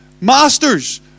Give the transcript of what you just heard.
masters